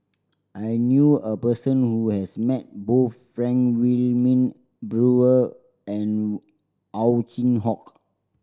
I knew a person who has met both Frank Wilmin Brewer and Ow Chin Hock